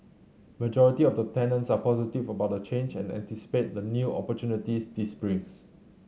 majority of the tenants are positive about the change and anticipate the new opportunities this brings